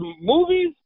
movies